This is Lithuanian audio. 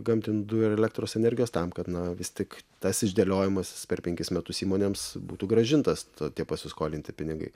gamtinių dujų ar elektros energijos tam kad na vis tik tas išdėliojimas per penkis metus įmonėms būtų grąžintas tie pasiskolinti pinigai